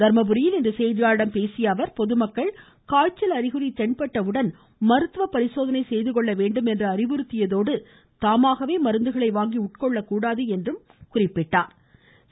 தர்மபுரியில் இன்று செய்தியாளர்களிடம் பேசிய அவர் பொதுமக்கள் காய்ச்சல் அறிகுறி தென்பட்டவுடன் மருத்துவ பரிசோதனை செய்துகொள்ள வேண்டும் என்று அறிவுறுத்தியதோடு தாமாகவே மருந்துகளை வாங்கி உட்கொள்ளக்கூடாது என்றும் கூறினார்